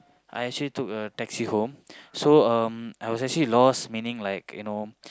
I actually took a taxi home so um I was actually lost meaning like you know